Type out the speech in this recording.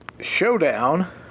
Showdown